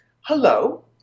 Hello